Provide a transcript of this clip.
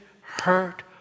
hurt